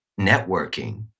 networking